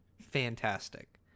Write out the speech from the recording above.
fantastic